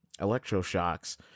electroshocks